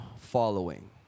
following